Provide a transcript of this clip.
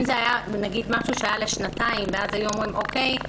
אם זה היה לשנתיים ואז היו אומרים: אוקיי,